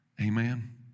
Amen